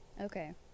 Okay